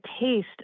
taste